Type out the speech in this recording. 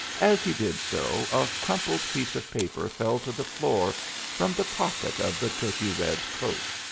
as he did so a crumpled piece of paper fell to the floor from the pocket of the turkey-red coat.